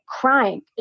crying